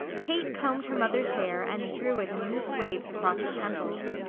kate combed her mother's hair and drew it in loose waves across her temples.